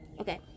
okay